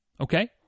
Okay